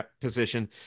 position